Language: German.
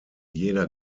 jeder